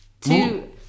Two